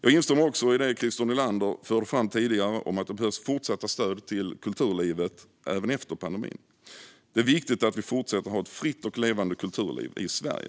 Jag instämmer också i det Christer Nylander förde fram tidigare om att det behövs fortsatta stöd till kulturlivet även efter pandemin. Det är viktigt att vi fortsätter ha ett fritt och levande kulturliv i Sverige.